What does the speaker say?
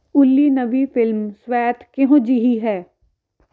ਓਲੀ ਨਵੀਂ ਫਿਲਮ ਸਵੈਥ ਕਿਹੋ ਜਿਹੀ ਹੈ